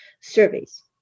surveys